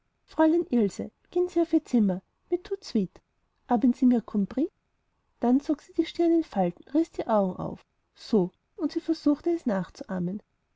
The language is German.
gehen sie auf ihr zimmer mais tout de suite aben sie mir compris dabei zog sie die stirn in falten und riß die augen auf so und sie versuchte es nachzuahmen